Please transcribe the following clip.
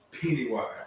pennywise